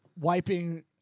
wiping